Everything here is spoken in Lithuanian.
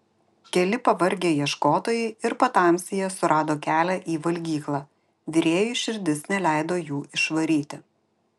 keli pavargę ieškotojai ir patamsyje surado kelią į valgyklą virėjui širdis neleido jų išvaryti